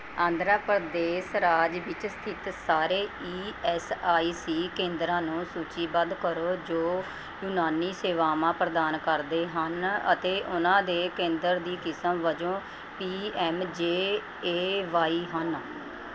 ਆਂਧਰਾ ਪ੍ਰਦੇਸ਼ ਰਾਜ ਵਿੱਚ ਸਥਿਤ ਸਾਰੇ ਈ ਐੱਸ ਆਈ ਸੀ ਕੇਂਦਰਾਂ ਨੂੰ ਸੂਚੀਬੱਧ ਕਰੋ ਜੋ ਯੂਨਾਨੀ ਸੇਵਾਵਾਂ ਪ੍ਰਦਾਨ ਕਰਦੇ ਹਨ ਅਤੇ ਉਹਨਾਂ ਦੇ ਕੇਂਦਰ ਦੀ ਕਿਸਮ ਵਜੋਂ P M J A Y ਹਨ